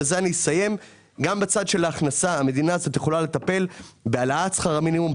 בצד של ההכנסה המדינה יכולה לטפל בהעלאת שכר המינימום,